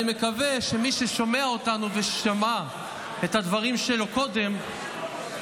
אני מקווה שמי ששומע אותנו ושמע את הדברים שלו קודם,